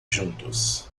juntos